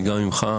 גם ממך,